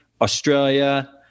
Australia